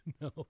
No